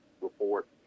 report